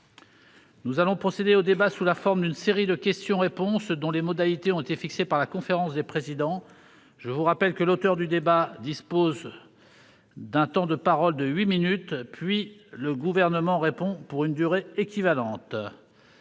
Nous allons procéder au débat sous la forme d'une série de questions-réponses dont les modalités ont été fixées par la conférence des présidents. Je rappelle que l'auteur de la demande dispose d'un temps de parole de huit minutes, puis le Gouvernement répond pour une durée équivalente.